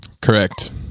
Correct